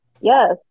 Yes